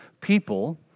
people